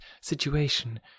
situation